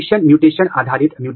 अगर आप यहां देखेंगे